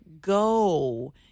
go